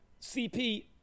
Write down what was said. CP